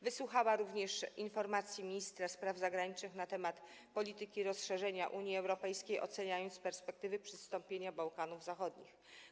Wysłuchała również informacji ministra spraw zagranicznych na temat polityki rozszerzenia Unii Europejskiej, oceniając perspektywy przystąpienia Bałkanów Zachodnich.